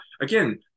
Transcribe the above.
again